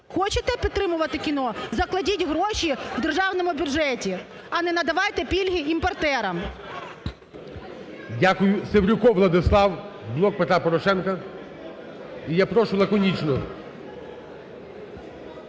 Хочете підтримувати кіно, закладіть гроші в державному бюджеті, а не надавайте пільги імпортерам. ГОЛОВУЮЧИЙ. Дякую. Севрюков Владислав, "Блок Петра Порошенка", і я прошу лаконічно.